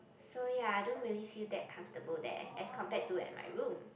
so ya I don't really feel that comfortable there as compared to at my room